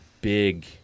big –